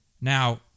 Now